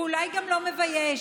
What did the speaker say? ואולי גם לא מבייש.